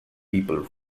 people